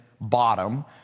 bottom